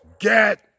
get